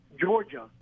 Georgia